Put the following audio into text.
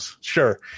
sure